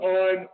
on